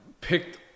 picked